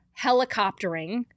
helicoptering